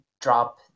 drop